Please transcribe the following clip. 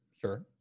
sure